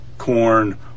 corn